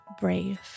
brave